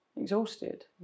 exhausted